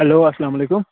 hello اسلامُ علیکُم